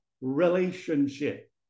relationship